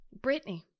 Britney